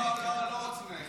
לא, לא רוצים ללכת לישון.